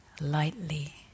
lightly